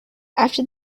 after